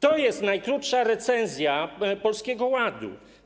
to jest najkrótsza recenzja Polskiego Ładu.